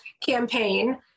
campaign